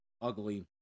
Ugly